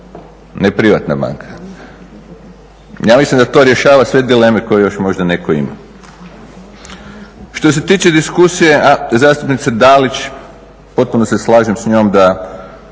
ne privatna banka. Ja mislim da to rješava sve dileme koje još možda netko ima. Što se tiče diskusije zastupnice Dalić potpuno se slažem s njom,